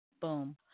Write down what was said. boom